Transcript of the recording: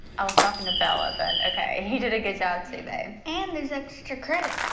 i was talking to bella, but okay. you did a good job too, babe. and there's extra credit.